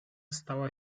stała